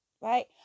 right